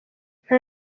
nta